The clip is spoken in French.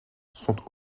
sont